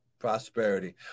prosperity